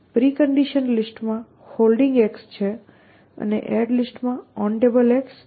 precondition list માં Holding છે અને એડ લિસ્ટમાં OnTable અને ArmEmpty છે